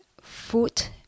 foot